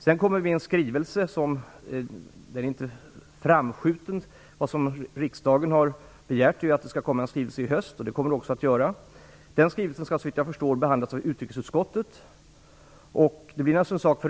Sedan kommer vi med en skrivelse, men den är inte framskjuten. Riksdagen har begärt att det skall komma en skrivelse i höst, och det kommer det också att göra. Den skall såvitt jag förstår behandlas av utrikesutskottet.